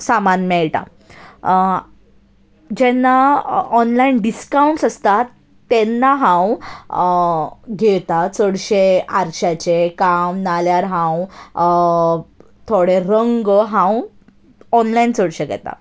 सामान मेळटा जेन्ना ऑनलायन डिस्कावंट्स आसता तेन्ना हांव घेता चडशें आरश्याचें काम नाजाल्यार हांव थोडे रंग हांव ऑनलायन चडशे घेता